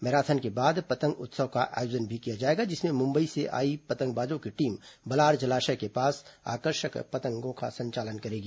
marathon के बाद पतंग उत्सव का आयोजन भी किया जाएगा जिसमें मुंबई से आए पतंगबाजों की टीम बलार जलाशय के पास आकर्षक पतंगों का संचालन करेगी